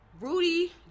Rudy